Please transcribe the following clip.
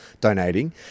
donating